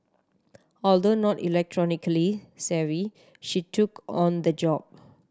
although not electronically savvy she took on the job